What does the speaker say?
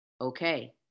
Okay